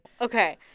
Okay